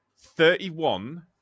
thirty-one